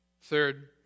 Third